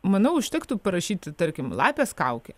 manau užtektų parašyti tarkim lapės kaukė